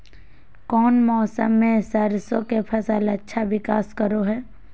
कौन मौसम मैं सरसों के फसल अच्छा विकास करो हय?